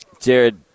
Jared